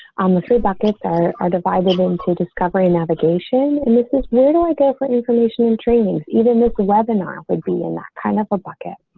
on the three buckets are are divided into discovery navigation and this is where do i go for information and training, even this webinar will be in that kind of a bucket.